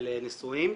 של נשואים?